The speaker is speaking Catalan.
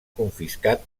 confiscat